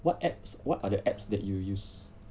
what apps what are the apps that you use